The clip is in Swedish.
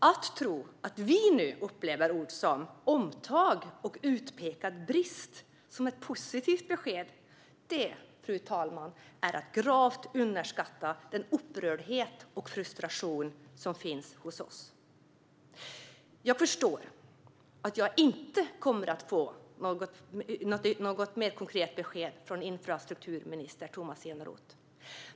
Att tro att vi nu upplever uttryck som "omtag" och "utpekad brist" som ett positivt besked, fru talman, är att gravt underskatta den upprördhet och frustration som finns hos oss. Jag förstår att jag inte kommer att få något mer konkret besked från infrastrukturminister Tomas Eneroth.